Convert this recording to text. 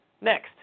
Next